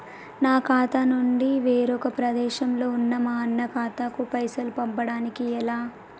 నా ఖాతా నుంచి వేరొక ప్రదేశంలో ఉన్న మా అన్న ఖాతాకు పైసలు పంపడానికి ఎలా?